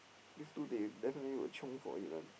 this two they definitely will chiong for it one